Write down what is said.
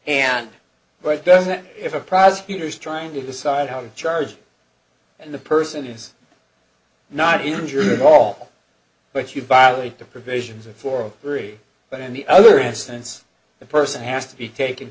and but doesn't if a prosecutor is trying to decide how to charge and the person is not injured all but you violate the provisions for free but in the other instance the person has to be taken